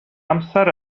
amser